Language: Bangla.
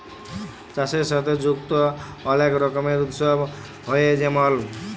চাষের সাথে যুক্ত অলেক রকমের উৎসব হ্যয়ে যেমল